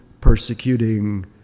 persecuting